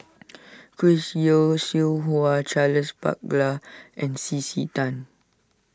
Chris Yeo Siew Hua Charles Paglar and C C Tan